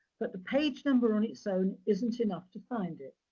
but the page number on it's own isn't enough to find it.